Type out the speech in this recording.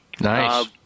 Nice